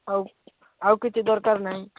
ଆଉ ଆଉ କିଛି ଦରକାର ନାହିଁ